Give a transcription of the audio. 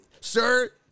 Sir